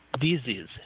disease